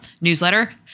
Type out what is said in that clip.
newsletter